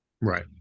Right